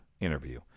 interview